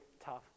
tough